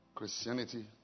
Christianity